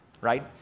right